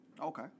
Okay